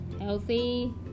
healthy